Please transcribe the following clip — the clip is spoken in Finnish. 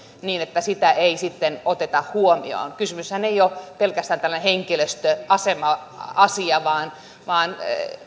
niin sitä ei sitten oteta huomioon kysymyksessähän ei ole pelkästään tällainen henkilöstöasema asia vaan